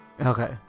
Okay